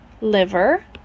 liver